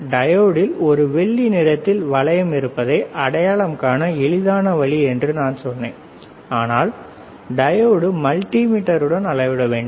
டையோடில் ஒரு வெள்ளி நிறத்தில் வளையம் இருப்பதை அடையாளம் காண எளிதான வழி என்று நான் சொன்னேன் ஆனால் டையோடை மல்டிமீட்டருடன் அளவிட வேண்டும்